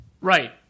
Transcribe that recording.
Right